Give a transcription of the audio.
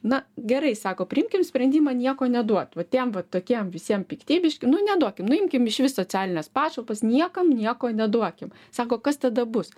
na gerai sako priimkim sprendimą nieko neduot tiem vat tokiem visiem piktybišk nu neduokim nuimkim išvis socialines pašalpas niekam nieko neduokim sako kas tada bus